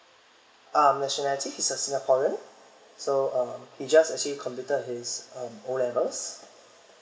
um nationality he's a singaporean so um he just actually completed his um O levels